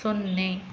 ಸೊನ್ನೆ